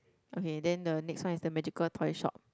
okay then the next one is the magical toy shop